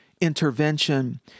intervention